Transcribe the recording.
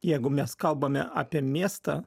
jeigu mes kalbame apie miestą